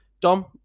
Dom